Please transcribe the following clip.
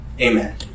Amen